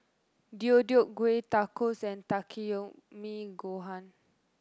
Deodeok Gui Tacos and Takikomi Gohan